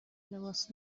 لباس